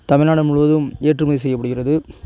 தமிழ்நாடு முழுவதும் ஏற்றுமதி செய்யப்படுகிறது